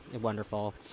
wonderful